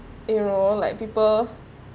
you know like people